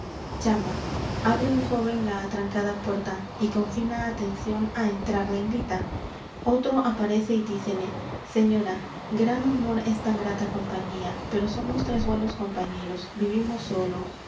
llama abre un joven la atrancada puerta y con fina atención á entrar la invita otro aparece y dicele señora gran honor es tan grata compañía pero somos tres buenos